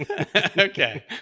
Okay